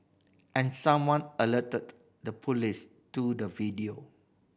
and someone alerted the police to the video